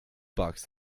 box